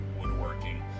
Woodworking